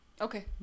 Okay